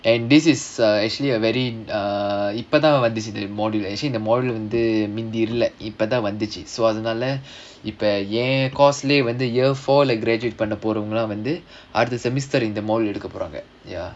and this is uh actually a very uh இப்போதான் வந்துச்சு இந்த:ippothaan vandhuchu indha module actually the module வந்து முந்தி இல்ல இப்போதான் வந்துச்சு:vandhu munthi illa ippothaan vandhuchu when the year for graduate பண்ண போறவங்கள வந்து:panna poravangala vandhu semester இந்த மாதிரி ஒதுக்க போறாங்க:indha maadhiri odhuka poraanga ya